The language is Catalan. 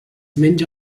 menja